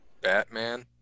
Batman